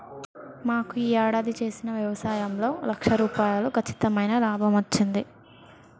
మాకు యీ యేడాది చేసిన యవసాయంలో లక్ష రూపాయలు కచ్చితమైన లాభమచ్చింది